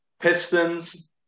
Pistons